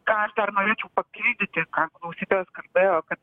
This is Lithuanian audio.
ką aš dar norėčiau papildyti ką klausytojas kalbėjo kad